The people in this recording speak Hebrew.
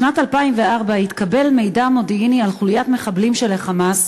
בשנת 2004 התקבל מידע מודיעיני על חוליית מחבלים של ה"חמאס"